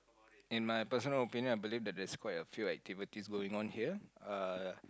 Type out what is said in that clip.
in my personal opinion I believe that there's quite a few activities going on here uh